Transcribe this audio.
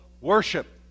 worship